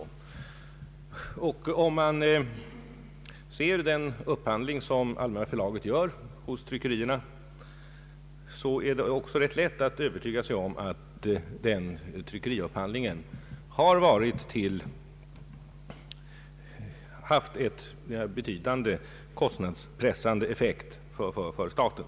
Om man ser på den upphandling som Allmänna förlaget gör hos tryckerierna är det också lätt att övertyga sig om att denna tryckeriupphandling har haft en betydande kostnadsnedpressande effekt för staten.